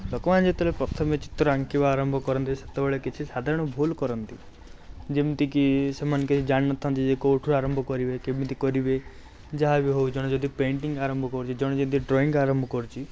ଲୋକମାନେ ଯେତେବେଳେ ପ୍ରଥମେ ଚିତ୍ର ଅଙ୍କିବା ଆରମ୍ଭ କରନ୍ତି ସେତେବେଳେ କିଛି ସାଧାରଣ ଭୁଲ କରନ୍ତି ଯେମତିକି ସେମାନେ କିଛି ଜାଣିନଥାନ୍ତି ଯେ କେଉଁଠୁ ଆରମ୍ଭ କରିବେ କେମିତି କରିବେ ଯାହା ବି ହେଉ ଜଣେ ଯଦି ପେଣ୍ଟିଙ୍ଗ ଆରମ୍ଭ କରୁଛି ଜଣେ ଯଦି ଡ୍ରଇଙ୍ଗ ଆରମ୍ଭ କରୁଛି